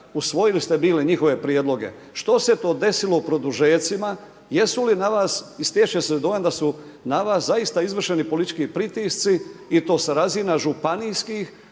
usvojili ste bili njihove prijedloge. Što se to desilo u produžecima? Jesu li na vas i stječe se dojam da su na vas zaista izvršeni politički pritisci i to sa razina županijskih,